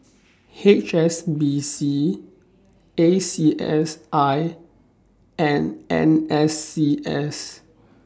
H S B C A C S I and N S C S